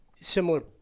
similar